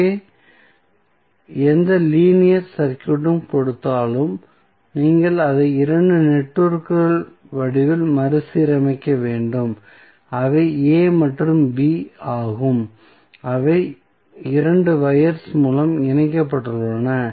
இங்கே எந்த லீனியர் சர்க்யூட்டையும் கொடுத்தாலும் நீங்கள் அதை 2 நெட்வொர்க்குகள் வடிவில் மறுசீரமைக்க வேண்டும் அவை A மற்றும் B ஆகும் அவை 2 வயர்ஸ் மூலம் இணைக்கப்பட்டுள்ளன